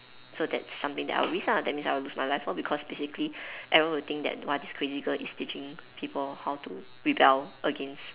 so that's something that I will risk ah that means I will lose my life lor because basically everyone will think that !wah! this crazy girl is teaching people how to rebel against